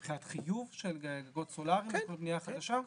מבחינת חיוב של גגות סולאריים לכל בנייה חדשה?